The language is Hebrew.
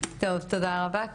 טו , תודה רבה.